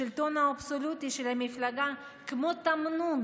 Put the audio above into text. השלטון האבסולוטי של המפלגה החזיק כמו תמנון